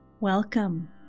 Welcome